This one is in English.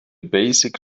basic